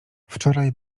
wczoraj